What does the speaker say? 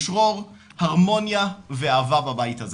לשרור הרמוניה ואהבה בבית הזה